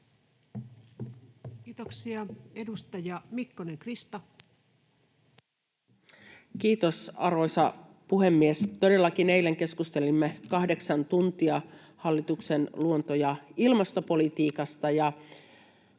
Time: 19:12 Content: Kiitos, arvoisa puhemies! Todellakin eilen keskustelimme kahdeksan tuntia hallituksen luonto- ja ilmastopolitiikasta.